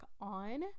on